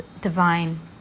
divine